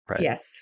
Yes